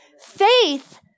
Faith